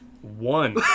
One